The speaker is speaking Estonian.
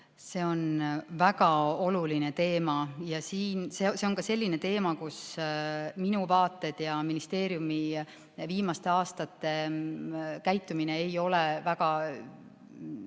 See on väga oluline teema ja see on ka selline teema, kus minu vaated ja ministeeriumi viimaste aastate käitumine ei ole väga